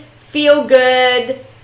feel-good